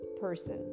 person